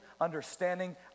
understanding